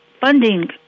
funding